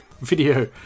video